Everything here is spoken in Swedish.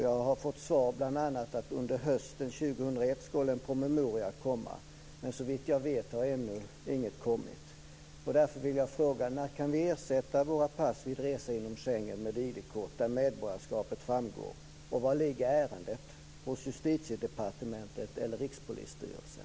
Jag har bl.a. fått svar att under hösten 2001 skulle en promemoria komma, men såvitt jag vet har ännu inte någon kommit. Schengen ersätta våra pass med ID-kort där medborgarskapet framgår? Var ligger ärendet, hos Justitiedepartementet eller Rikspolisstyrelsen?